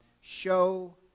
show